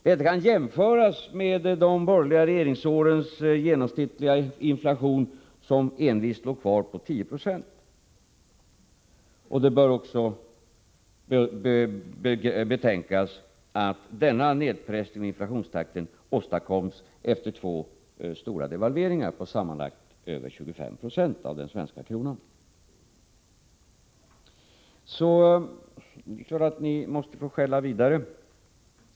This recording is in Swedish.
Detta kan jämföras med de borgerliga regeringsårens genomsnittliga inflation, som envist låg kvar på 10 76. Det bör också betänkas att denna nedpressning av inflationstakten åstadkoms efter två stora devalveringar av den svenska kronan, på sammanlagt över 25 I. Det är klart att ni måste få skälla vidare.